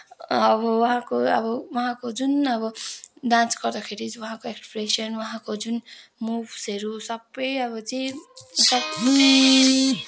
अब उहाँको अब उहाँको जुन अब डान्स गर्दाखेरि चाहिँ उहाँको एक्सप्रेसन उहाँको जुन मुव्सहरू सबै अब चाहिँ